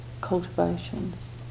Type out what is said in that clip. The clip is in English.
cultivations